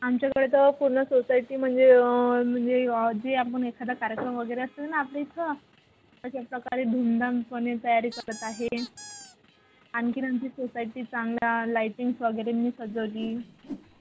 आमच्याकडे तर पूर्ण सोसायटी म्हणजे म्हणजे जे आपण एखादा कार्यक्रम वगैरे असतं ना आपल्या इथं तशाच प्रकारे धूमधामपणे तयारी करत आहे आणखीन आमची सोसायटी चांगल्या लायटिंग्स वगैरेंनी सजवली